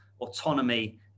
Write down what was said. autonomy